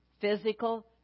physical